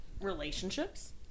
relationships